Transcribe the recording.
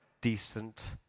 decent